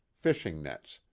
fishing nets,